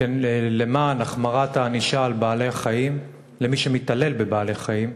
למען החמרת הענישה של מי שמתעלל בבעלי-חיים.